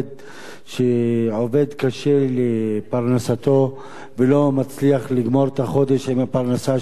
שעובד קשה לפרנסתו ולא מצליח לגמור את החודש עם הפרנסה שהוא מקבל,